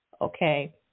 Okay